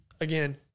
again